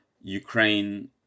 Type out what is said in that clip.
Ukraine